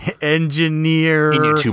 engineer